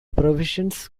provisions